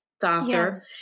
doctor